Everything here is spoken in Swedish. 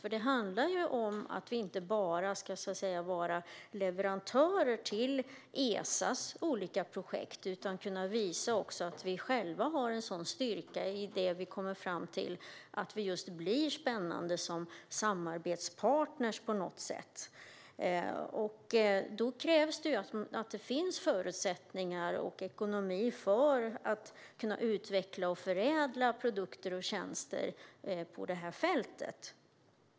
Det handlar om att vi inte bara ska vara leverantörer till Esas olika projekt utan också kunna visa att vi själva har en sådan styrka i det vi kommer fram till att vi blir spännande som samarbetspartner på något sätt. Då krävs det att det finns förutsättningar och ekonomi för att kunna utveckla och förädla produkter och tjänster på det här området.